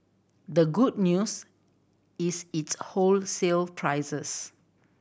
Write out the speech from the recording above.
the good news is its wholesale prices